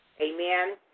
Amen